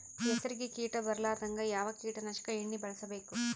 ಹೆಸರಿಗಿ ಕೀಟ ಬರಲಾರದಂಗ ಯಾವ ಕೀಟನಾಶಕ ಎಣ್ಣಿಬಳಸಬೇಕು?